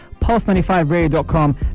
Pulse95Radio.com